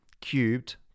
cubed